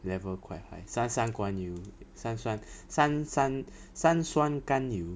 level quite high 三酸甘油三酸三三三酸甘油